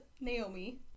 Naomi